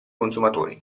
consumatori